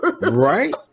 Right